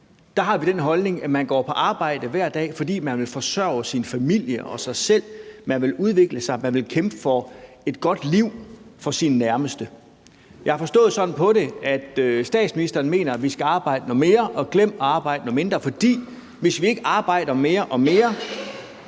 har vi den holdning, at man går på arbejde hver dag, fordi man vil forsørge sin familie og sig selv, man vil udvikle sig, og man vil kæmpe for et godt liv for sine nærmeste. Jeg har forstået det sådan, at statsministeren mener, at vi skal arbejde noget mere og glemme at arbejde noget mindre, for hvis vi ikke arbejder mere og mere,